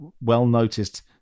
well-noticed